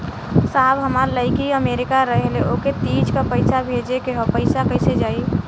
साहब हमार लईकी अमेरिका रहेले ओके तीज क पैसा भेजे के ह पैसा कईसे जाई?